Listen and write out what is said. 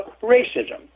racism